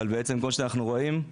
כמו שאנחנו רואים,